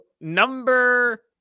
number